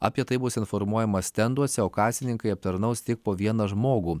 apie tai bus informuojama stenduose o kasininkai aptarnaus tik po vieną žmogų